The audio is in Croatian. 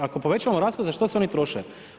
Ako povećamo rashod za što se oni troše?